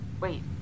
Wait